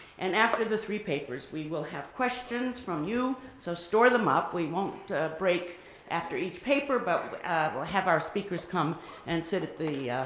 and after the three papers we will have questions from you, so store them up. we won't break after each paper, but we'll have our speakers come and sit